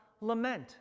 lament